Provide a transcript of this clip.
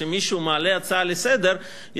שכשמישהו מעלה הצעה לסדר-היום,